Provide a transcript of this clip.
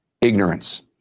ignorance